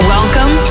Welcome